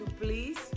please